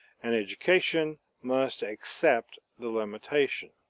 and education must accept the limitation.